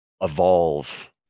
evolve